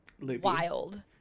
wild